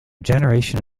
generation